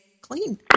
clean